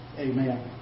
Amen